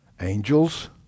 Angels